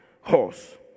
horse